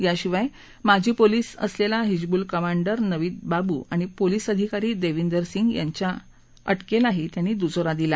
याशिवाय माजी पोलीस असलेला हिजबूल कमांडर नवीद बाबू आणि पोलीस अधिकारी देविंदर सिंह यांच्या अटकेलाही त्यांनी दुजोरा दिला